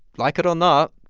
like it or not,